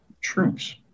troops